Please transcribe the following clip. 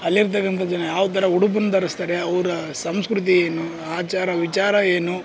ಅಲ್ಲಿರ್ತಕ್ಕಂಥ ಜನ ಯಾವ ಥರ ಉಡುಪನ್ನು ಧರಿಸ್ತಾರೆ ಅವರ ಸಂಸ್ಕೃತಿ ಏನು ಆಚಾರ ವಿಚಾರ ಏನು